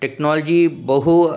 technology बहु